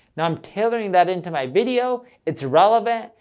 i'm tailoring that into my video, it's relevant,